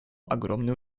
огромный